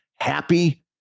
happy